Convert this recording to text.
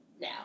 now